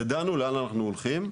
ידענו לאן אנחנו הולכים.